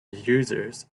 users